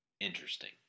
interesting